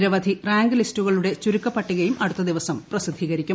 നിരവധി റാങ്ക് ലിസ്റ്റുകളുടെ ചുരുക്കപ്പട്ടികയും അടുത്ത ദിവസം പ്രസിദ്ധ്യീകരിക്കും